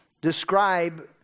describe